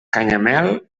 canyamel